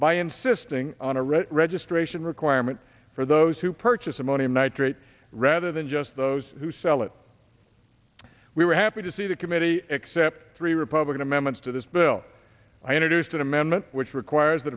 by insisting on a right registration requirement for those who purchase ammonium nitrate rather than just those who sell it we were happy to see the committee except three republican amendments to this bill i introduced an amendment which requires the